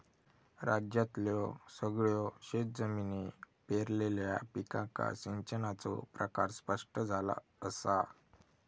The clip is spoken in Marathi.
राज्यातल्यो सगळयो शेतजमिनी पेरलेल्या पिकांका सिंचनाचो प्रकार स्पष्ट झाला असा